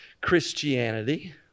Christianity